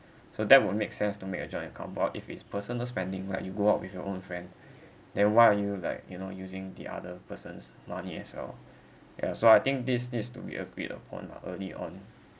so that would make sense to make a joint account but if it's personal spending like you go out with your own friend then why are you like you know using the other person's money as well ya so I think this needs to be agreed upon lah early on